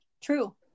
true